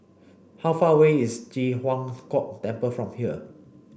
how far away is Ji Huang Kok Temple from here